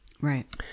Right